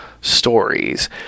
stories